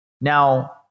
Now